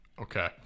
Okay